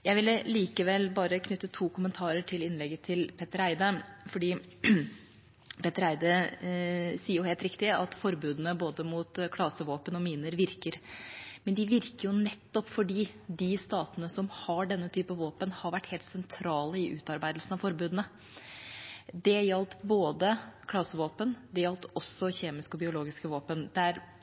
Jeg vil likevel bare knytte to kommentarer til innlegget til Petter Eide. Petter Eide sier, helt riktig, at forbudene mot både klasevåpen og miner virker. Men de virker nettopp fordi de statene som har denne typen våpen, har vært helt sentrale i utarbeidelsen av forbudene. Det gjaldt både klasevåpen og kjemiske og biologiske våpen.